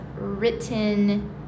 written